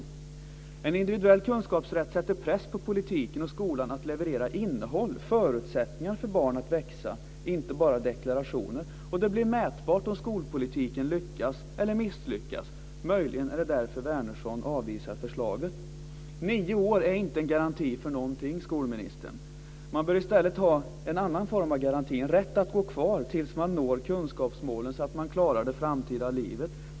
En individuell kunskapsrätt sätter press på politiken och skolan att leverera innehåll, förutsättningar för barnet att växa, inte bara deklarationer. Det blir mätbart om skolpolitiken lyckas eller misslyckas. Möjligen är det därför Wärnersson avvisar förslaget. Nio år är inte en garanti för någonting, skolministern. Vi bör i stället ha en annan form av garanti, en rätt att gå kvar tills man når kunskapsmålen så att man klarar det framtida livet.